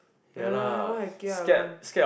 uh what I gia about